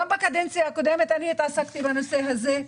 גם בקדנציה הקודמת התעסקתי בנושא הזה.